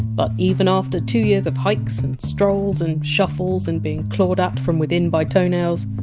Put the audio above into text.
but even after two years of hikes and strolls and shuffles and being clawed at from within by toenails,